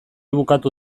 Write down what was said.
bukatu